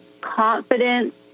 confidence